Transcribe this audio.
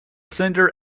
sender